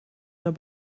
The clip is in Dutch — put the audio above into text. naar